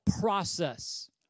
process